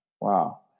Wow